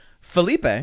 Felipe